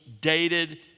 dated